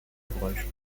ouvrage